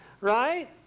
Right